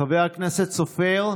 חבר הכנסת סופר,